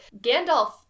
Gandalf